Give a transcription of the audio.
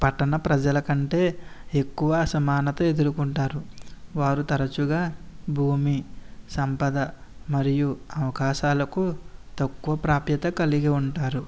పట్టణ ప్రజలకంటే ఎక్కువ అసమానత ఎదుర్కొంటారు వారు తరచుగా భూమి సంపద మరియు అవకాశాలకు తక్కువ ప్రాప్యత కలిగి ఉంటారు